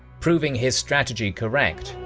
proving his strategy correct,